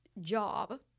job